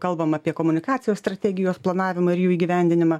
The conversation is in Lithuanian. kalbam apie komunikacijos strategijos planavimą ir jų įgyvendinimą